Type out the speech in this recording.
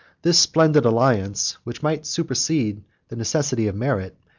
this splendid alliance, which might supersede the necessity of merit,